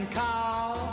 call